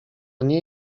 nie